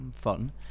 fun